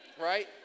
right